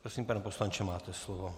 Prosím, pane poslanče, máte slovo.